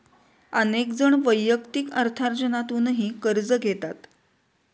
अनेक जण वैयक्तिक अर्थार्जनातूनही कर्ज घेतात